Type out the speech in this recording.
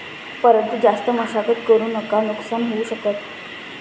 परंतु जास्त मशागत करु नका नुकसान होऊ शकत